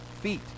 feet